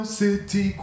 city